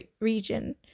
region